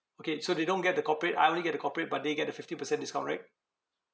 okay so they don't get the corporate I only get the corporate but they get the fifteen percent discount right